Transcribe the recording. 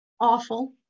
awful